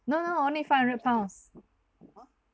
no no only five hundred pounds